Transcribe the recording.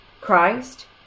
Christ